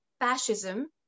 fascism